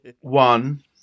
one